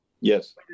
Yes